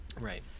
Right